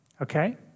okay